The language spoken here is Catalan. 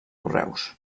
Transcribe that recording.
correus